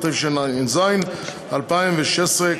התשע"ז 2016,